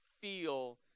feel